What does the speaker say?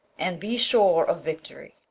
and be sure of victory.